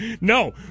No